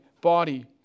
body